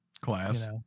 Class